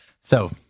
So-